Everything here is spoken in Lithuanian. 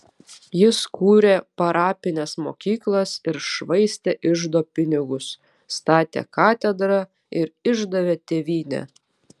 jis kūrė parapines mokyklas ir švaistė iždo pinigus statė katedrą ir išdavė tėvynę